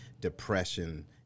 depression